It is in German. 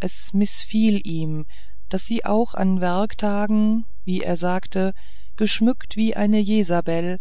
es mißfiel ihm daß sie auch an werktagen wie er sagte geschmückt wie eine jesabel